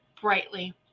brightly